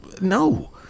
No